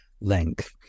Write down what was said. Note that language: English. length